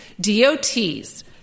DOTs